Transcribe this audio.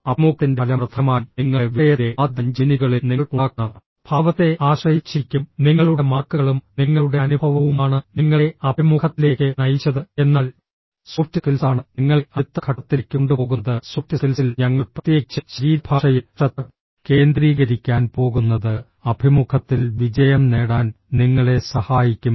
അഭിമുഖത്തിന്റെ ഫലം പ്രധാനമായും നിങ്ങളുടെ വിഷയത്തിലെ ആദ്യ അഞ്ച് മിനിറ്റുകളിൽ നിങ്ങൾ ഉണ്ടാക്കുന്ന ഭാവത്തെ ആശ്രയിച്ചിരിക്കും നിങ്ങളുടെ മാർക്കുകളും നിങ്ങളുടെ അനുഭവവുമാണ് നിങ്ങളെ അഭിമുഖത്തിലേക്ക് നയിച്ചത് എന്നാൽ സോഫ്റ്റ് സ്കിൽസ് ആണ് നിങ്ങളെ അടുത്ത ഘട്ടത്തിലേക്ക് കൊണ്ടുപോകുന്നത് സോഫ്റ്റ് സ്കിൽസിൽ ഞങ്ങൾ പ്രത്യേകിച്ച് ശരീരഭാഷയിൽ ശ്രദ്ധ കേന്ദ്രീകരിക്കാൻ പോകുന്നത് അഭിമുഖത്തിൽ വിജയം നേടാൻ നിങ്ങളെ സഹായിക്കും